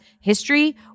history